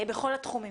בכל התחומים,